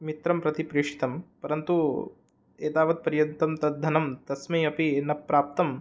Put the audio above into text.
मित्रं प्रति प्रेषितं परन्तु एतावत् पर्यन्तं तत् धनं तस्मै अपि न प्राप्तम्